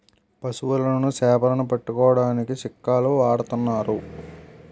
పశువులని సేపలని పట్టుకోడానికి చిక్కాలు వాడతన్నారు